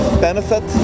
benefit